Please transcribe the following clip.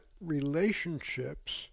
relationships